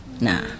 Nah